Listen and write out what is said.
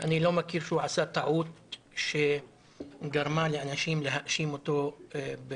אני לא מכיר שהוא עשה טעות שגרמה לאנשים להאשים אותו בקנוניה,